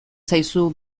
zaizu